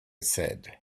said